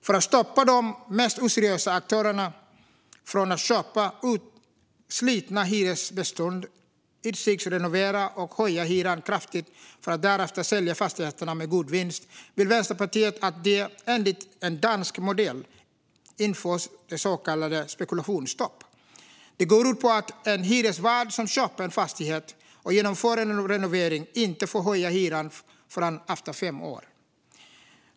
För att stoppa de mest oseriösa aktörerna från att köpa upp slitna hyreshusbestånd, ytskiktsrenovera och höja hyran kraftigt för att därefter sälja fastigheterna med god vinst vill Vänsterpartiet att det, enligt dansk modell, införs ett så kallat spekulationsstopp. Det går ut på att en hyresvärd som köper en fastighet och genomför en renovering inte får höja hyran förrän efter fem år.